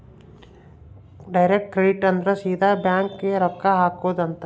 direct credit ಅಂದ್ರ ಸೀದಾ bank ಗೇ ರೊಕ್ಕ ಹಾಕೊಧ್ ಅಂತ